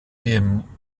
dem